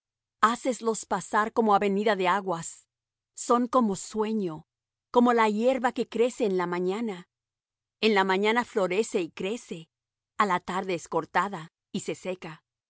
noche háceslos pasar como avenida de aguas son como sueño como la hierba que crece en la mañana en la mañana florece y crece a la tarde es cortada y se seca